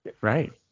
Right